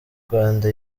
rwanda